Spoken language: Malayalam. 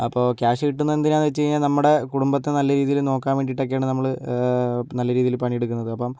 അപ്പോൾ ക്യാഷ് കിട്ടുന്നത് എന്തിനാന്ന് വെച്ച് കഴിഞ്ഞാൽ നമ്മുടെ കുടുംബത്തെ നല്ല രീതിയിൽ നോക്കാൻ വേണ്ടിട്ട് ഒക്കെയാണ് നമ്മള് നല്ല രീതിയിൽ പണിയെടുക്കുന്നത് അപ്പം